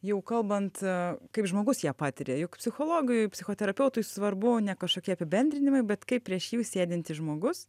jau kalbant kaip žmogus ją patiria juk psichologui psichoterapeutui svarbu ne kažkokie apibendrinimai bet kaip prieš jus sėdintis žmogus